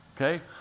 Okay